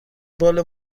بال